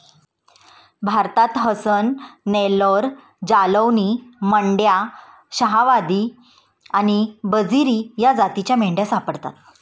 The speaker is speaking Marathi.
भारतात हसन, नेल्लोर, जालौनी, मंड्या, शाहवादी आणि बजीरी या जातींच्या मेंढ्या सापडतात